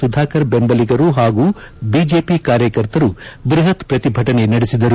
ಸುಧಾಕರ್ ಬೆಂಬಲಿಗರು ಹಾಗೂ ಬಿಜೆಪಿ ಕಾರ್ಯಕರ್ತರು ಬೃಹತ್ ಪ್ರತಿಭಟನೆ ನಡೆಸಿದರು